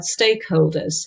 stakeholders